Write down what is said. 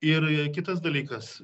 ir kitas dalykas